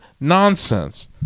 nonsense